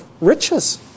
riches